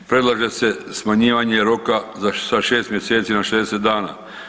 Predlaže se smanjivanje roka sa 6 mjeseci na 60 dana.